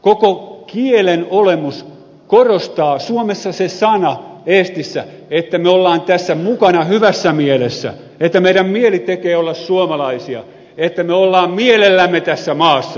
koko kielen olemus korostaa suomessa eestissä se sana että me olemme tässä mukana hyvässä mielessä että meidän mielemme tekee olla suomalaisia että me olemme mielellämme tässä maassa